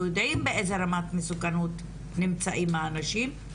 יודעים באיזה רמת מסוכנות נמצאים אנשים,